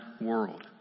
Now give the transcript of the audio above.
world